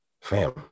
Fam